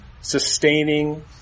sustaining